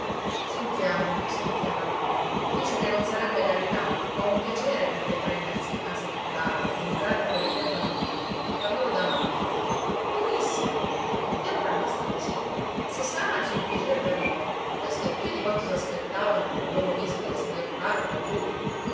sentiamo sentiamo dice che non sarebbe carità ma un piacere per lei prendersi in casa e curare educare quelle tre bambine far loro da mamma benissimo e allora basta così se sarà anzi un piacere per lei questo è più di quanto s'aspettavano con la loro visita il signor parroco e lui